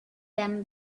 them